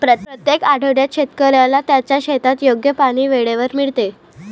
प्रत्येक आठवड्यात शेतकऱ्याला त्याच्या शेतात योग्य पाणी वेळेवर मिळते